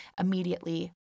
immediately